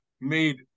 made